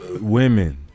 women